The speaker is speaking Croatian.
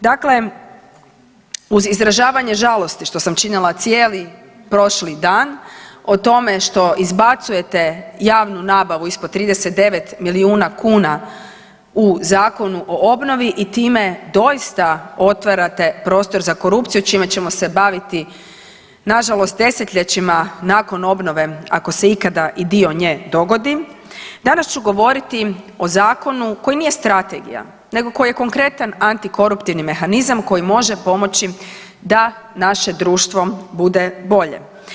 Dakle, uz izražavanje žalosti što sam činila cijeli prošli dan o tome što izbacujete javnu nabavu ispod 39 milijuna kuna u Zakonu o obnovi i time doista otvarate prostor za korupciju čime ćemo se baviti na žalost desetljećima nakon obnove ako se ikada i dio nje dogodi, danas ću govoriti o zakonu koji nije strategija, nego koji je konkretan antikoruptivni mehanizam koji može pomoći da naše društvo bude bolje.